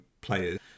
players